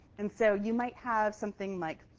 and so you might have something like